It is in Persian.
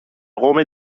قوم